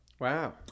Wow